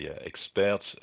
experts